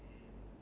mmhmm